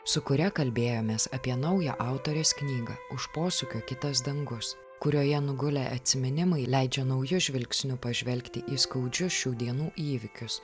su kuria kalbėjomės apie naują autorės knygą už posūkio kitas dangus kurioje nugulę atsiminimai leidžia nauju žvilgsniu pažvelgti į skaudžius šių dienų įvykius